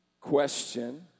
question